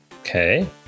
okay